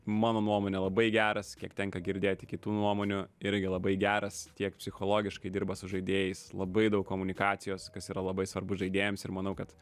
mano nuomone labai geras kiek tenka girdėti kitų nuomonių irgi labai geras tiek psichologiškai dirba su žaidėjais labai daug komunikacijos kas yra labai svarbu žaidėjams ir manau kad